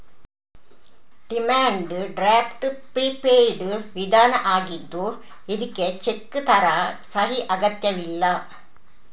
demand draft prepaid ವಿಧಾನ ಆಗಿದ್ದು ಇದ್ಕೆ ಚೆಕ್ ತರ ಸಹಿ ಅಗತ್ಯವಿಲ್ಲ